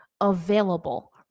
available